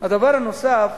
הדבר הנוסף,